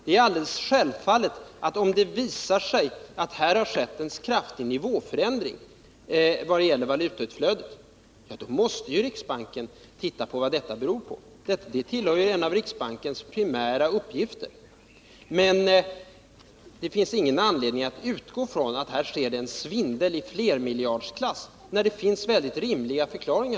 Det är självfallet att om det visar sig att det har skett en kraftig nivåförändring av valutautflödet, så måste riksbanken undersöka vad detta beror på — det är en av riksbankens primära uppgifter. Men det finns ingen anledning att utgå från att det här förekommer en svindel i flermiljardsklass, när det finns rimliga förklaringar.